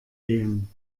gehen